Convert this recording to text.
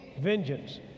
Vengeance